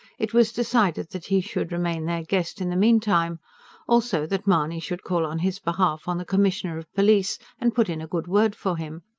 it was decided that he should remain their guest in the meantime also that mahony should call on his behalf on the commissioner of police, and put in a good word for him.